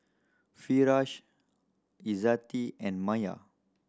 Firash Izzati and Maya